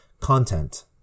content